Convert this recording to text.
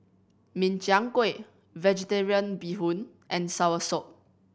Min Chiang Kueh Vegetarian Bee Hoon and soursop